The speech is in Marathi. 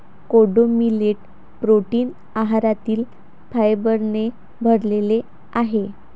कोडो मिलेट प्रोटीन आहारातील फायबरने भरलेले आहे